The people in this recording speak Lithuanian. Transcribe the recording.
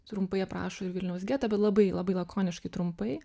trumpai aprašo ir vilniaus getą bet labai labai lakoniškai trumpai